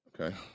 Okay